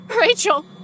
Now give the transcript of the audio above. Rachel